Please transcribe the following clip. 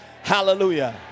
hallelujah